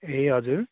ए हजुर